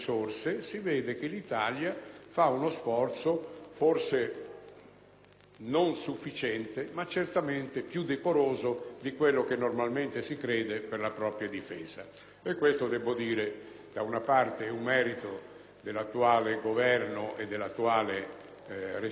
non sufficiente, ma certamente più decoroso di quello che normalmente si crede per la propria Difesa. Debbo dire che ciò da una parte rappresenta un merito dell'attuale Governo e dell'attuale responsabile del Ministero, dall'altra è anche un motivo di soddisfazione